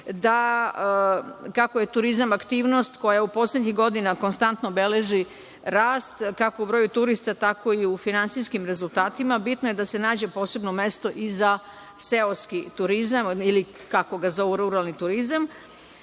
kako je turizam aktivnost koja poslednjih godina konstantno beleži rast, kako u broju turista, tako i u finansijskim rezultatima, bitno je da se nađe posebno mesto i za seoski turizam, ili kako ga zovu ruralni turizam. Naime,